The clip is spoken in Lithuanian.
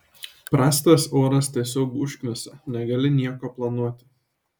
prastas oras tiesiog užknisa negali nieko planuoti